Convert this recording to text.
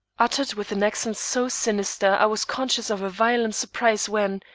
uttered with an accent so sinister i was conscious of a violent surprise when,